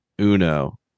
Uno